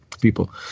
people